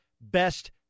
best